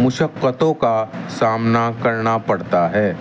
مشقتوں کا سامنا کرنا پڑتا ہے